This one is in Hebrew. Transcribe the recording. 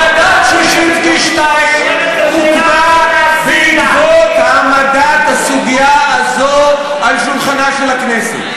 ועדת ששינסקי 2 הוקמה בעקבות העמדת הסוגיה הזאת על שולחנה של הכנסת.